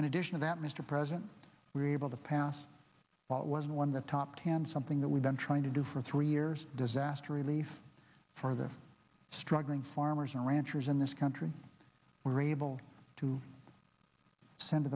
in addition of that mr president we're able to pass what was one of the top ten something that we've been trying to do for three years disaster relief for the struggling farmers and ranchers in this country were able to sen